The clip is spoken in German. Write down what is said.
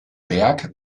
berg